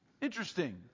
Interesting